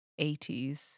80s